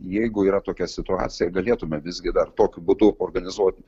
jeigu yra tokia situacija galėtume visgi dar tokiu būdu organizuoti